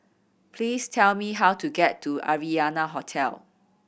please tell me how to get to Arianna Hotel